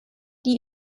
die